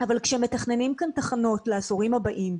אבל כאשר מתכננים כאן תחנות לעשורים הבאים,